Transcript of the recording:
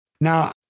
Now